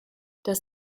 das